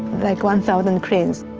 like one thousand cranes,